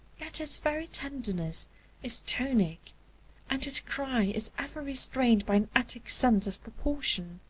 yet his very tenderness is tonic and his cry is ever restrained by an attic sense of proportion.